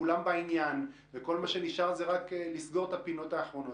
כולם בעניין וכל מה שנשאר זה רק לסגור את הפינות האחרונות,